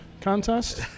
contest